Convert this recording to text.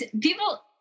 people